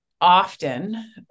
often